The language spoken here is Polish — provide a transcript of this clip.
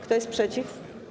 Kto jest przeciw?